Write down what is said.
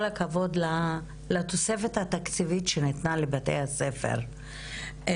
הכבוד לתוספת התקציבים שניתנה לבתי הספר,